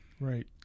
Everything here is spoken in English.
Right